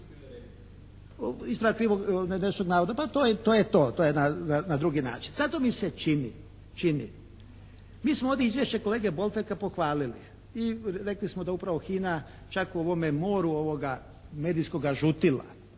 Ispravak netočnog navoda, pa to je to, na drugi način. Zato mi se čini, mi smo ovdje izvješće kolege Bolfeka pohvalili i rekli smo da upravo HINA čak u ovome moru ovoga medijskoga žutila,